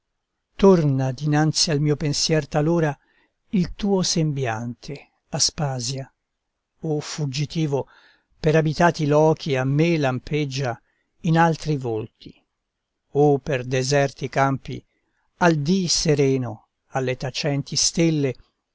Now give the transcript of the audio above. torna dinanzi al mio pensier talora il tuo sembiante aspasia o fuggitivo per abitati lochi a me lampeggia in altri volti o per deserti campi al dì sereno alle tacenti stelle